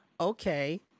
okay